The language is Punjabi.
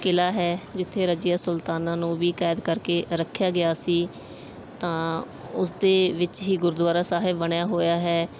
ਕਿਲ੍ਹਾ ਹੈ ਜਿੱਥੇ ਰਜੀਆ ਸੁਲਤਾਨਾ ਨੂੰ ਵੀ ਕੈਦ ਕਰਕੇ ਰੱਖਿਆ ਗਿਆ ਸੀ ਤਾਂ ਉਸ ਦੇ ਵਿੱਚ ਹੀ ਗੁਰਦੁਆਰਾ ਸਾਹਿਬ ਬਣਿਆ ਹੋਇਆ ਹੈ